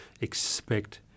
expect